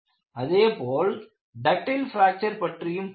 அதே போல் ductile fracture பற்றியும் பார்த்தோம்